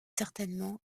certainement